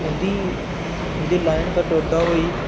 उं'दी उं'दी लाइन पर टुरदा होई